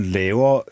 laver